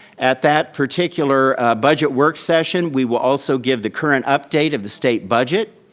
at that particular budget work session, we will also give the current update of the state budget.